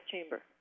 Chamber